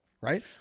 right